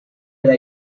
that